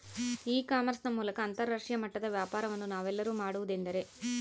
E commerce ನ ಮೂಲಕ ಅಂತರಾಷ್ಟ್ರೇಯ ಮಟ್ಟದ ವ್ಯಾಪಾರವನ್ನು ನಾವೆಲ್ಲರೂ ಮಾಡುವುದೆಂದರೆ?